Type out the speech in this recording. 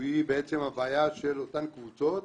היא הבעיה של אותן קבוצות.